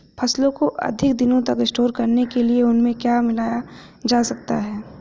फसलों को अधिक दिनों तक स्टोर करने के लिए उनमें क्या मिलाया जा सकता है?